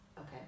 Okay